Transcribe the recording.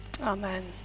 Amen